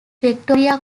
victoria